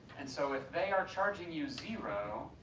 and so if they are charging you zero,